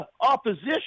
opposition